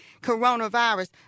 coronavirus